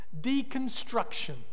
deconstruction